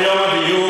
היום יום הדיור.